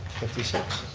fifty six.